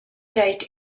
date